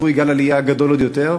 צפוי גל עלייה גדול עוד יותר,